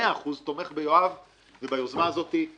מאה אחוז תומך בחבר הכנסת קיש וביוזמה הזו.